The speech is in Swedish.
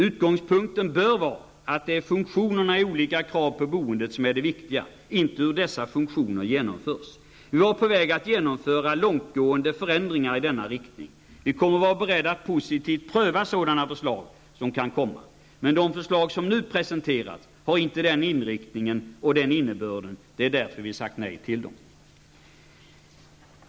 Utgångspunkten bör vara att det är funktionerna när det gäller olika krav på boendet som är det viktiga, inte hur dessa funktioner genomförs. Vi var på väg att genomföra långtgående förändringar i denna riktning. Vi kommer att vara beredda att positivt pröva sådana förslag som kan komma att läggas fram. Men de förslag som nu har presenterats har inte den inriktningen och den innebörden. Det är därför som vi har sagt nej till dem.